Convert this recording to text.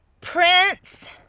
Prince